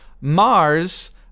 Mars